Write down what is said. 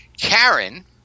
Karen